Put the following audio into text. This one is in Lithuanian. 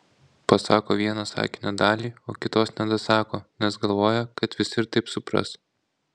pasako vieną sakinio dalį o kitos nedasako nes galvoja kad visi ir taip supras